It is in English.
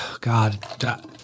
God